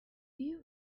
you